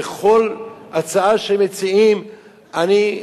בכל הצעה שהם מציעים אני,